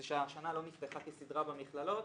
זה השנה לא נפתחה כסדרה במכללות.